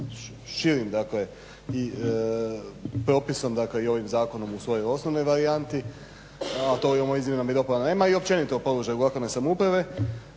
širim dakle propisom i ovim zakonom u svojoj osnovnoj varijanti, a to u ovim izmjenama i dopunama nema i općenito u položaju lokalne samouprave.